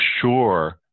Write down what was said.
sure